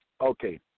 Okay